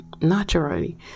naturally